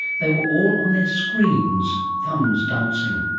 they were all on their screens, thumbs dancing.